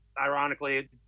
ironically